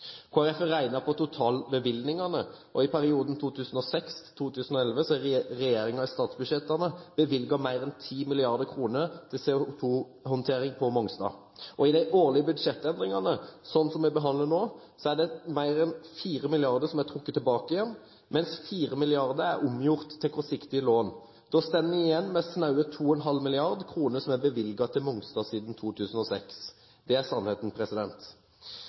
har regnet på totalbevilgningene: I perioden 2006–2011 har regjeringen i statsbudsjettene bevilget mer enn 10 mrd. kr til CO2-håndtering på Mongstad. I de årlige budsjettendringene, slik som den vi behandler nå, er mer enn 4 mrd. kr trukket tilbake, mens 4 mrd. kr er omgjort til kortsiktige lån. Da står vi igjen med snaue 2,5 mrd. kr som er bevilget til Mongstad siden 2006. Det er sannheten.